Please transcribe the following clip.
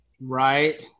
Right